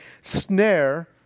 snare